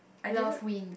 love win